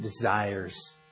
desires